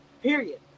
period